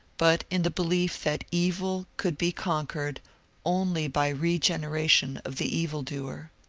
but in the belief that evil could be con quered only by regeneration of the evil-doer.